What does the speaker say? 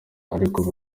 ariko